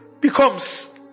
becomes